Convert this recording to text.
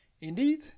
Indeed